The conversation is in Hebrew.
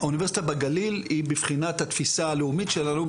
אוניברסיטה בגליל היא בבחינת התפישה הלאומית שלנו,